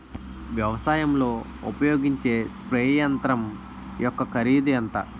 వ్యవసాయం లో ఉపయోగించే స్ప్రే యంత్రం యెక్క కరిదు ఎంత?